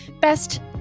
best